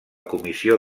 comissió